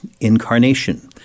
incarnation